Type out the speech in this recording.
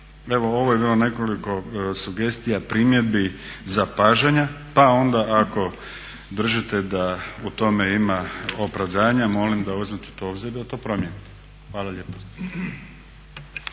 Evo ovo je bilo nekoliko sugestija, primjedbi, zapažanja pa onda ako držite da u tome ima opravdanja molim da to uzmete u obzir i da to promijenite. Hvala lijepa.